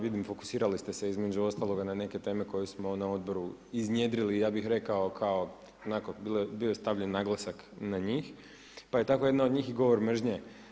Vidim fokusirali ste se između ostalog na neke teme koje smo na odboru iznjedrili i ja bih rekao kao onako bio je stavljen naglasak na njih pa je tako jedna od njih i govor mržnje.